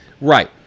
Right